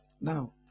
Now